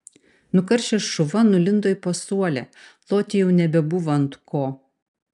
nukaršęs šuva nulindo į pasuolę loti jau nebebuvo ant ko